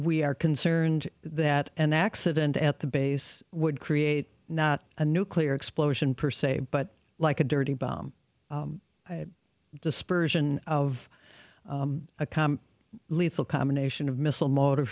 we are concerned that an accident at the base would create not a nuclear explosion per se but like a dirty bomb dispersion of a common lethal combination of missile motor